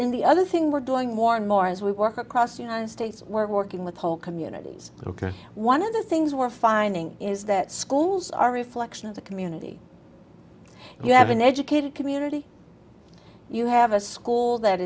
in the other thing we're doing more and more as we work across united states we're working with whole communities ok one of the things we're finding is that schools are reflection of the community you have an educated community you have a school that